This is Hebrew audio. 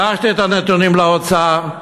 שלחתי את הנתונים לאוצר.